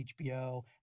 HBO